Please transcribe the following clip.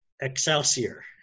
Excelsior